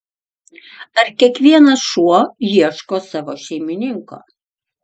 ar kiekvienas šuo ieško savo šeimininko